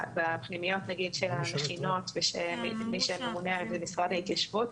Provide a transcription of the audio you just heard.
בפנימיות נגיד של המכינות ומי שממונה על זה הוא משרד ההתיישבות,